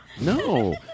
No